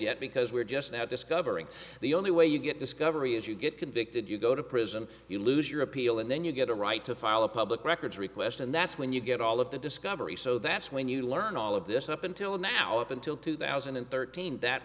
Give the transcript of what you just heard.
yet because we're just now discovering the only way you get discovery is you get convicted you go to prison you lose your appeal and then you get a right to file a public records request and that's when you get all of the discovery so that's when you learn all of this up until now up until two thousand and thirteen that